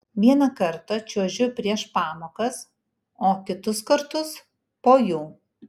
vieną kartą čiuožiu prieš pamokas o kitus kartus po jų